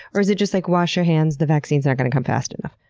or is it just, like, wash your hands, the vaccine's not going to come fast enough?